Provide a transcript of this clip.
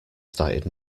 started